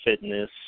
fitness